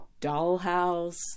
Dollhouse